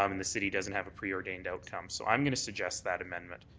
um and the city doesn't have a pre-ordained outcome. so i'm going to suggest that amendment.